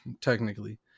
technically